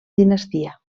dinastia